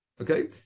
Okay